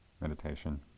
meditation